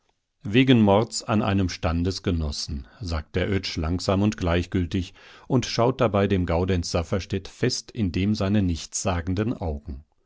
wegen mords an einem standesgenossen sagt der oetsch langsam und gleichgültig und schaut dabei dem gaudenz safferstätt fest in dem seine nichtssagenden augen